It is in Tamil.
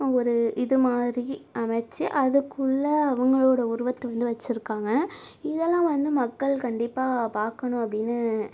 ஒரு இதுமாதிரி அமைச்சி அதுக்குள்ள அவங்களோட உருவத்தை வந்து வைச்சிருக்காங்க இதெல்லாம் வந்து மக்கள் கண்டிப்பாக பார்க்கணும் அப்படினு